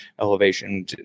elevation